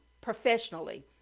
professionally